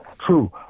true